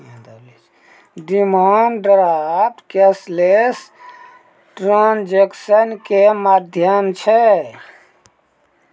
demand draft cashless transaction के माध्यम छै